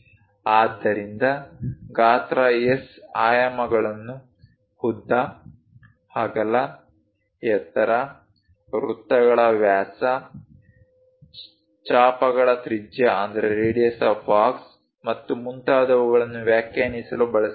ಆದ್ದರಿಂದ ಗಾತ್ರ S ಆಯಾಮಗಳನ್ನು ಉದ್ದ ಅಗಲ ಎತ್ತರ ವೃತ್ತಗಳ ವ್ಯಾಸ ಚಾಪಗಳ ತ್ರಿಜ್ಯ ಮತ್ತು ಮುಂತಾದವುಗಳನ್ನು ವ್ಯಾಖ್ಯಾನಿಸಲು ಬಳಸಲಾಗುತ್ತದೆ